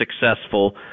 successful